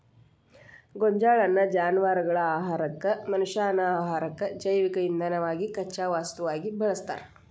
ಗೋಂಜಾಳನ್ನ ಜಾನವಾರಗಳ ಆಹಾರಕ್ಕ, ಮನಷ್ಯಾನ ಆಹಾರಕ್ಕ, ಜೈವಿಕ ಇಂಧನವಾಗಿ ಕಚ್ಚಾ ವಸ್ತುವಾಗಿ ಬಳಸ್ತಾರ